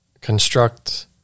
construct